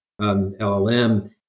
LLM